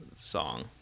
song